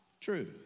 true